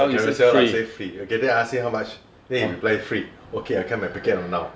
Carousell lah he say free okay then I ask him how much then he reply free okay I come and pick it up now